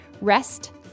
Rest